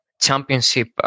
championship